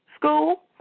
School